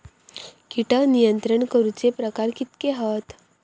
कीटक नियंत्रण करूचे प्रकार कितके हत?